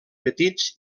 petits